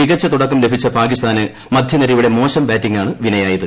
മികച്ച തുടക്കം ലഭിച്ച പാക്കിസ്ഥാന് മധ്യനിരയുടെ മോശം ബാറ്റിംഗാണ് വിനയായത്